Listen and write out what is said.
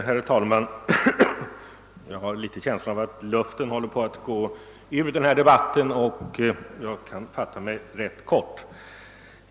Herr talman! Jag har en känsla av att luften håller på att gå ur denna debatt, och jag skall därför fatta mig rätt kort.